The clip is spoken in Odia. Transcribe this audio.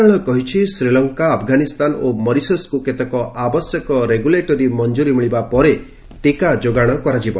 ମନ୍ତ୍ରଣାଳୟ କହିଛି ଶ୍ରୀଲଙ୍କା ଆଫଗାନିସ୍ଥାନ ଓ ମରିସସକୁ କେତେକ ଆବଶ୍ୟକ ରେଗୁଲେଟେରୀ ମଂଜୁରୀ ମିଳିବା ପରେ ଟିକା ଯୋଗାଣ କରାଯିବ